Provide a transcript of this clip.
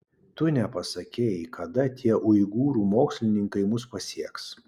tu nepasakei kada tie uigūrų mokslininkai mus pasieks